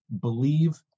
believe